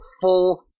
full